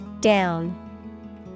Down